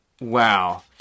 Wow